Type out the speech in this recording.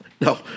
No